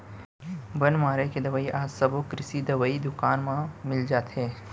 बन मारे के दवई आज सबो कृषि दवई दुकान म मिल जाथे